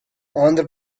andhra